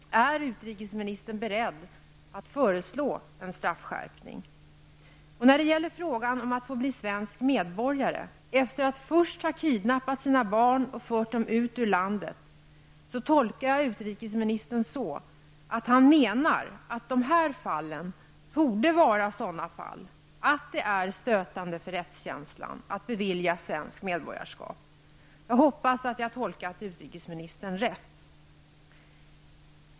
Är utrikesministern beredd att föreslå en straffskärpning? När det gäller frågan om att få bli svensk medborgare, för en person som först har kidnappad sina barn och fört dem ut ur landet, tolkar jag utrikesministern så, att han menar att de här fallen torde vara sådana fall, att det är stötande för rättskänslan att bevilja svenskt medborgarskap. Jag hoppas att jag har tolkat utrikesministern rätt.